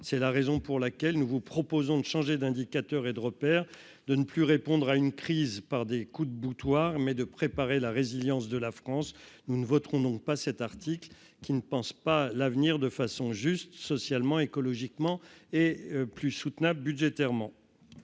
c'est la raison pour laquelle, nous vous proposons de changer d'indicateurs et de repères, de ne plus répondre à une crise par des coups de boutoir mais de préparer la résilience de la France, nous ne voterons non pas cet article qui ne pensent pas l'avenir de façon juste socialement, écologiquement et plus soutenable budgétairement.